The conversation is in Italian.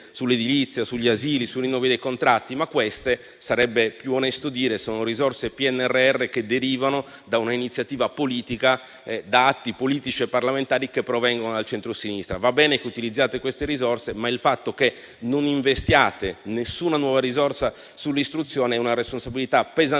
sull'edilizia, sugli asili, sui rinnovi dei contratti. Sarebbe più onesto dire che queste sono risorse PNRR che derivano da un'iniziativa politica, da atti politici e parlamentari che provengono dal centrosinistra. Va bene che utilizziate queste risorse, ma il fatto che non investiate nessuna nuova risorsa sull'istruzione è una responsabilità pesantissima